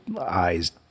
eyes